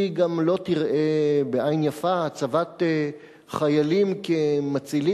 היא גם לא תראה בעין יפה הצבת חיילים כמצילים,